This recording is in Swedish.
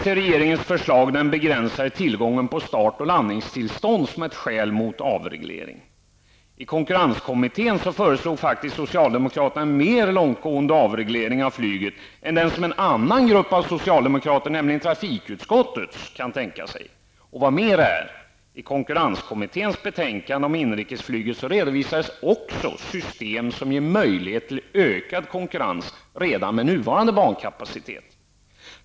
I regeringens förslag anges den begränsade tillgången på start och landningstillstånd som ett skäl mot avreglering. I konkurrenskommittén föreslog faktiskt socialdemokraterna en mer långtgående avreglering av flyget än den som en annan grupp socialdemokrater, nämligen trafikutskottets, kan tänka sig. Vad mera är, i konkurrenskommitténs betänkande om inrikesflyget redovisades också system som ger möjlighet till ökad konkurrens redan med nuvarande bankapacitet.